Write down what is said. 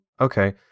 Okay